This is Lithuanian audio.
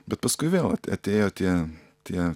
bet paskui vėl at atėjo tie tie